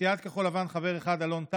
סיעת כחול לבן, חבר אחד, אלון טל,